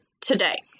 today